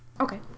Okay